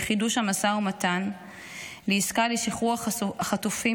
עם חידוש המשא ומתן לעסקה לשחרור החטופים,